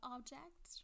Object